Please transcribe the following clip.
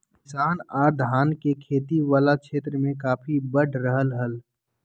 किसान आर धान के खेती वला क्षेत्र मे काफी बढ़ रहल हल